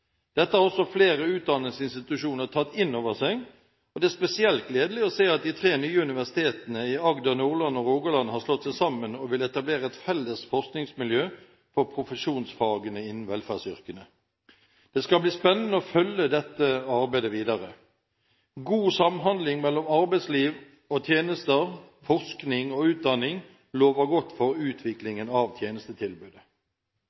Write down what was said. Dette har også flere utdanningsinstitusjoner tatt inn over seg, og det er spesielt gledelig å se at de tre nye universitetene i Agder, Nordland og Rogaland har slått seg sammen og vil etablere et felles forskningsmiljø for profesjonsfagene innen velferdsyrkene. Det skal bli spennende å følge dette arbeidet videre. God samhandling mellom arbeidsliv og tjenester, forskning og utdanning lover godt for